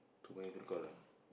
too many to recall ah